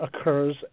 occurs